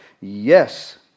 Yes